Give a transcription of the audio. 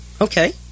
Okay